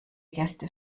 gäste